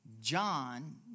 John